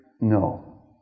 No